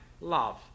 love